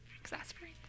exasperate